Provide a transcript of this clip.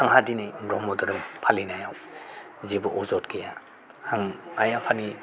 आंहा दिनै ब्रह्म धोरोम फालिनायाव जेबो अजद गैया आं आइ आफानि